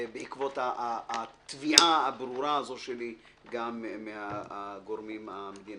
בעקבות התביעה הברורה הזאת שלי גם מהגורמים המדינתיים.